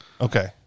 Okay